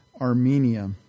Armenia